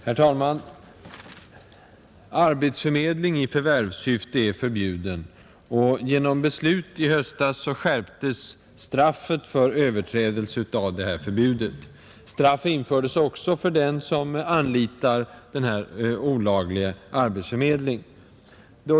Herr talman! Arbetsförmedling i förvärvssyfte är förbjuden. Genom beslut i höstas skärptes straffet för öveträdelse av detta förbud. Straff infördes också för den som anlitar sådan olaglig arbetsförmedling.